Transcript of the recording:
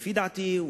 לדעתי,